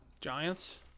Giants